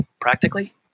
practically